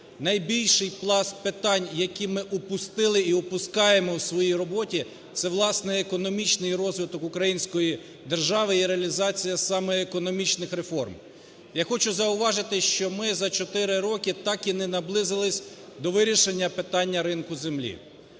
найбільший пласт питань, які ми упустили і упускаємо в своїй роботі – це, власне, економічний розвиток української держави і реалізація саме економічних реформ. Я хочу зауважити, що ми за 4 роки так і не наблизились до вирішення питання ринку землі.